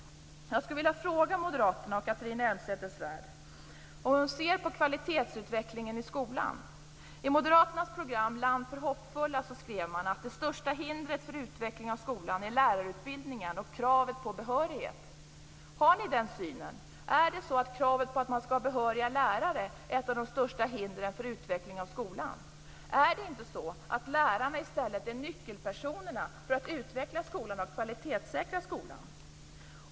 Jag skulle vilja fråga Moderaterna och Catharina Elmsäter-Svärd hur hon ser på kvalitetsutvecklingen i skolan. I Moderaternas program Land för hoppfulla skrev man att det största hindret för utvecklingen i skolan är lärarutbildningen och kravet på behörighet. Har ni den synen? Är det så att kravet på behöriga lärare är ett av de största hindren för utveckling av skolan? Är det inte så att lärarna i stället är nyckelpersonerna för att utveckla och kvalitetssäkra skolan?